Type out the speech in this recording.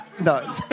No